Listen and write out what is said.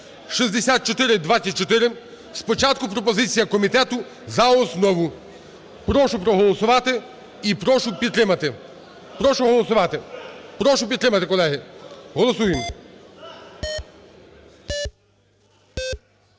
(6424). Спочатку пропозиція комітету за основу. Прошу проголосувати і прошу підтримати. Прошу голосувати. Прошу підтримати, колеги. Голосуємо.